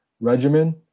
regimen